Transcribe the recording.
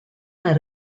nel